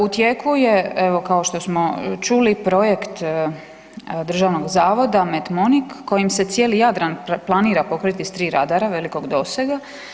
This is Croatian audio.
U tijeku je, evo, kao što smo čuli, projekt Državnog zavoda METMONIC kojim se cijeli Jadran planira pokriti s 3 radara velikog dosega.